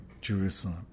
Jerusalem